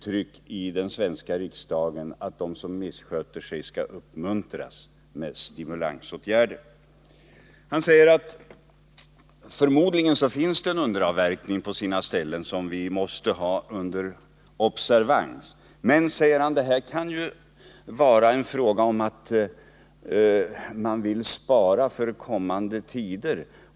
Han säger att det förmodligen på sina ställen förekommer en underavverkning av skogen, som man måste ha under observans, men att det då beror på att man vill spara skog för kommande tider.